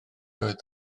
oedd